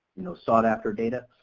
you know sought after data.